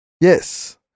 Yes